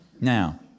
now